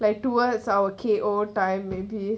like towards our K_O time maybe